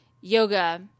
yoga